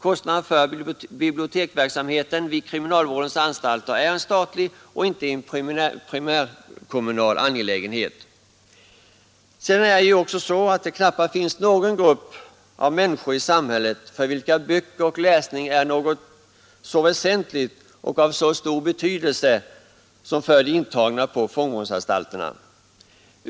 Kostnaderna för biblioteksverksamheten vid kriminalvårdens anstalter är en statlig och inte en primärkommunal angelägenhet. Det är ju också så, att det knappast finns någon grupp av människor i samhället för vilken böcker och läsning är av så väsentlig betydelse som för de intagna på fångvårdsanstalterna.